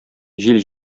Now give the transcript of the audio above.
җил